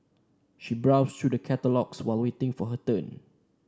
she browsed through the catalogues while waiting for her turn